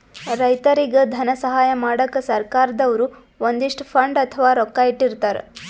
ರೈತರಿಗ್ ಧನ ಸಹಾಯ ಮಾಡಕ್ಕ್ ಸರ್ಕಾರ್ ದವ್ರು ಒಂದಿಷ್ಟ್ ಫಂಡ್ ಅಥವಾ ರೊಕ್ಕಾ ಇಟ್ಟಿರ್ತರ್